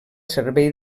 servei